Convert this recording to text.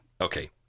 Okay